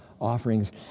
offerings